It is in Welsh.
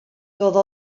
doedd